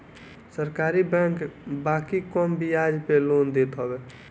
सरकारी बैंक बाकी कम बियाज पे लोन देत हवे